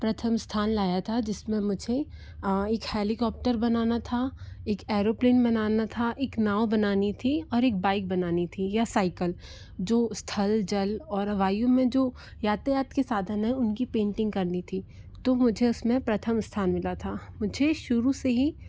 प्रथम स्थान लाया था जिसमें मुझे एक हेलीकॉप्टर बनाना था एक एरोप्लेन बनाना था एक नाव बनानी थी और इक बाइक बनानी थी या साइकल जो स्थल जल और वायु में जो यातायात के साधन हैं उनकी पेंटिंग करनी थी तो मुझे उसमें प्रथम स्थान मिला था मुझे शुरू से ही